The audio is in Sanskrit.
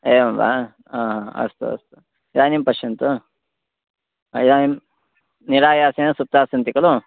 एवं वा हा अस्तु अस्तु इदानीं पश्यन्तु अयान् निरायासेन सुप्तास्सन्ति खलु